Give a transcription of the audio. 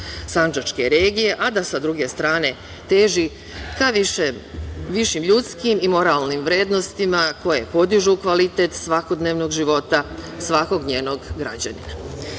sandžačke regije, a da sa druge strane teži ka višim ljudskim i moralnim vrednostima koje podižu kvalitet svakodnevnog života svakog njenog građanina. Sve